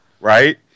right